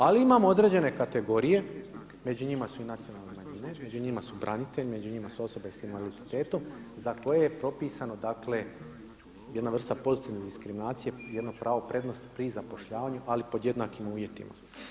Ali imamo određene kategorije, među njima su i nacionalne manjine, među njima su branitelji, među njima su osobe sa invaliditetom za koje je propisano dakle jedna vrsta pozitivne diskriminacije, jedno pravo prednosti pri zapošljavanju ali pod jednakim uvjetima.